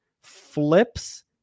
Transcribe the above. flips